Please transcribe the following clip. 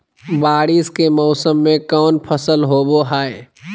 बारिस के मौसम में कौन फसल होबो हाय?